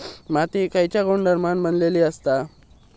माती खयच्या गुणधर्मान बनलेली असता?